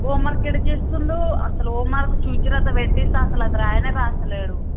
homework ఏక్కడ చేస్తున్నాడు అసలు హోంవర్క్ చూసి రాత పెట్టిస్తే అసలు అది రాయనే రాస్తలేడు